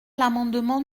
l’amendement